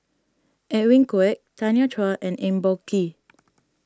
Edwin Koek Tanya Chua and Eng Boh Kee